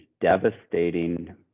devastating